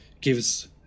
gives